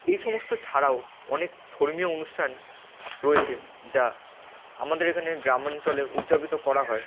এই সমস্ত ছাড়াও অনেক ধর্মীয় অনুষ্ঠান রয়েছে যা আমাদের এখানে গ্রামাঞ্চলে উদ্যাপিত করা হয়